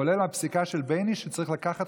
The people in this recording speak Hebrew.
כולל הפסיקה של בייניש שצריך לקחת